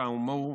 כאמור,